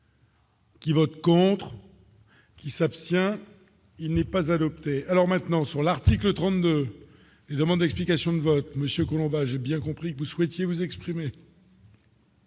Qui vote contre. Qui s'abstient, il n'est pas adoptée. Alors maintenant, sur l'article 32 et demande explication de vote Monsieur combat j'ai bien compris que vous souhaitiez vous exprimer.